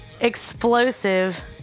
explosive